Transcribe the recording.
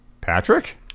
Patrick